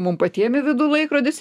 mum patiem į vidų laikrodis